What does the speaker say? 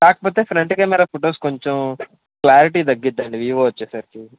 కాకపోతే front camera photos కొంచెం clarity తగ్గుద్ది అండి వీవో వచ్చేసరికి